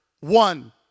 one